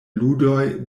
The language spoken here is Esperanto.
ludoj